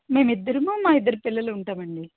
మేమిద్దరము మా ఇద్దరి పిల్లలు ఉంటామండి